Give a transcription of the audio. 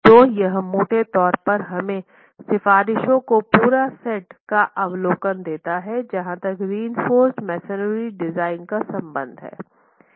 तो यह मोटे तौर पर हमें सिफारिशों के पूरा सेट का अवलोकन देता है जहां तक रिइंफोर्स मेसनरी डिज़ाइन का संबंध है